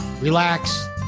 relax